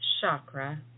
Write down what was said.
chakra